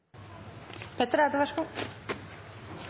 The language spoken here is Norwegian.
Petter Eide.